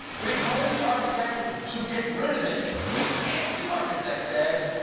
but he told the architect to get rid of it. we can't, the architect said,